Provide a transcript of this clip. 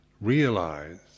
realize